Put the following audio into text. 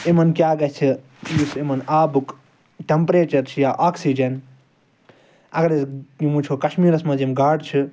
یمن کیاہ گَژھِ یُس یمن آبُک ٹیٚمپیچر چھُ یا آکسِجَن اگر أسۍ وٕچھو کشمیٖرَس مَنٛز یِم گاڈٕ چھِ